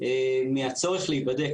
מהצורך להיבדק,